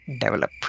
Develop